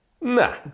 Nah